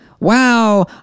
Wow